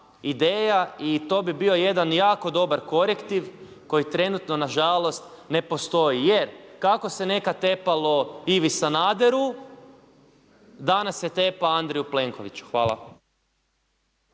ideja i to bi bio jedan jako dobar korektiv koji trenutno nažalost ne postoji. Jer kako se nekad tepalo Ivi Sanaderu, danas se tepa Andreju Plenkoviću. Hvala.